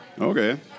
Okay